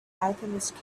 alchemist